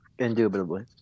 Indubitably